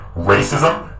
racism